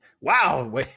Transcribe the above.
Wow